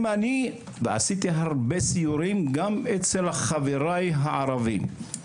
עשיתי הרבה סיורים גם אצל חבריי הערבים,